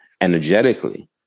energetically